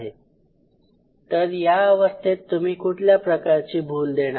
तर या अवस्थेत तुम्ही कुठल्या प्रकारची भूल देणार